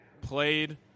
played